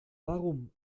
warum